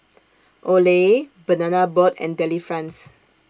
Olay Banana Boat and Delifrance